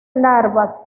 larvas